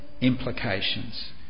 implications